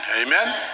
amen